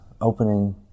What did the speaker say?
opening